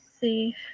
see